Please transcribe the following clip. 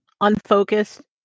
unfocused